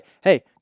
Hey